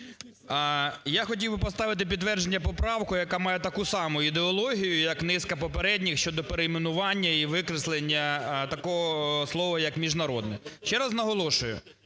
Я хотів би поставити на підтвердження поправку, яка має таку саму ідеологію, як низка попередніх щодо перейменування і викреслення такого слова, як "міжнародне". Ще раз наголошую,